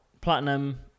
platinum